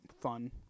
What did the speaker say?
fun